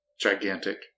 Gigantic